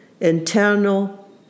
internal